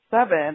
seven